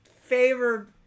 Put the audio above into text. favorite